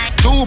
Two